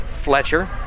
Fletcher